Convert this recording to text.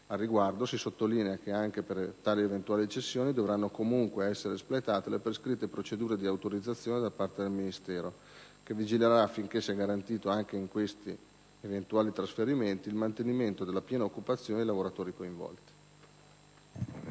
Al riguardo, si sottolinea che anche per tali eventuali cessioni dovranno comunque essere espletate le prescritte procedure di autorizzazione da parte del Ministero dello sviluppo economico, che vigilerà affinché sia garantito anche negli anzidetti eventuali trasferimenti il mantenimento della piena occupazione dei lavoratori coinvolti.